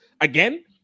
again